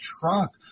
truck